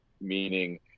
Meaning